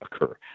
occur